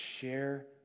share